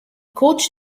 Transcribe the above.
coached